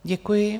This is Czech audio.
Děkuji.